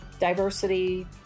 diversity